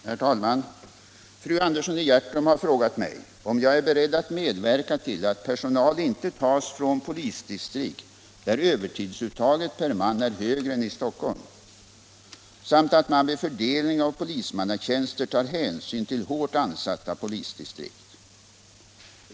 Herr talman! Fru Andersson i Hjärtum har frågat mig om jag är beredd att medverka till att personal inte tas från polisdistrikt, där övertidsuttaget per man är högre än i Stockholm, samt att man vid fördelning av polismannatjänster tar hänsyn till hårt ansatta polisdistrikt.